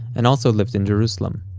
and also lived in jerusalem.